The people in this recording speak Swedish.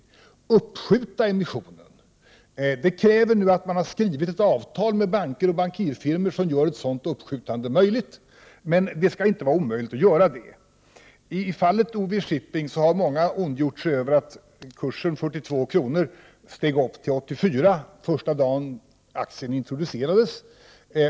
För att göra ett sådant uppskjutande möjligt krävs att man har skrivit ett avtal med banker och bankirfirmor. Det skall inte vara omöjligt att göra. I fallet UV-Shipping har man ondgjort sig över att kursen 42 kr. gick upp till 84 kr. första dagen som aktien introducerades.